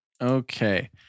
Okay